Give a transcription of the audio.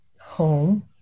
home